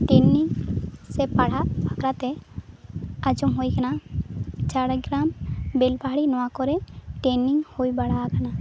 training ᱥᱮ ᱯᱟᱲᱦᱟᱜ ᱠᱟᱛᱮ ᱟᱸᱡᱚᱢ ᱦᱩᱭᱟᱠᱟᱱᱟ ᱡᱷᱟᱲᱜᱨᱟᱢ ᱵᱮᱞᱯᱟᱦᱟᱲᱤ ᱱᱚᱣᱟ ᱠᱚᱨᱮ ᱴᱨᱮᱱᱤᱝ ᱦᱩᱭ ᱵᱟᱲᱟ ᱟᱠᱟᱱᱟ